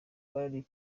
bari